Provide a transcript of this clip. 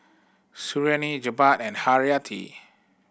Suriani Jebat and Hayati